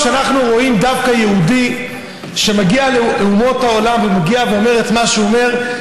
כשאנחנו רואים דווקא יהודי שמגיע לאומות העולם ואומר את מה שהוא אומר,